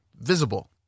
visible